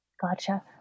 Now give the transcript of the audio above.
Gotcha